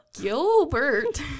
Gilbert